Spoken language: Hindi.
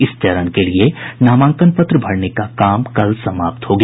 इस चरण के लिए नामांकन पत्र भरने का काम कल समाप्त हो गया